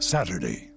Saturday